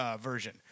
Version